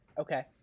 Okay